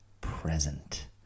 present